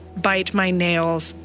bite my nails.